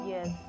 Yes